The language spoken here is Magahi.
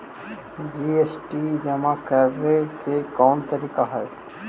जी.एस.टी जमा करे के कौन तरीका हई